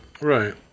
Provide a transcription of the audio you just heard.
Right